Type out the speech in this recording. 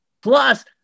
plus